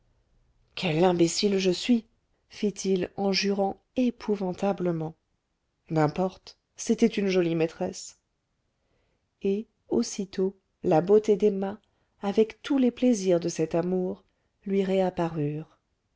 quel imbécile je suis fit-il en jurant épouvantablement n'importe c'était une jolie maîtresse et aussitôt la beauté d'emma avec tous les plaisirs de cet amour lui